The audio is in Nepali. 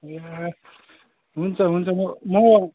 ए हुन्छ हुन्छ म म